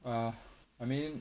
uh I mean